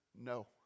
no